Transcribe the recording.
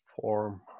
form